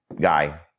guy